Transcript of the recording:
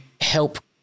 help